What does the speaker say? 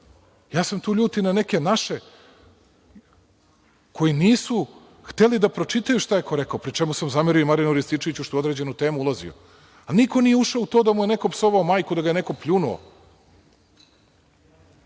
Ja se tu ljutim na neke naše koji nisu hteli da pročitaju šta je ko rekao pri čemu sam zamerio i Marijanu Rističeviću što je u određenu temu ulazio. Niko nije ušao u to da mu je neko psovao majku i da ga je neko